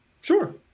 Sure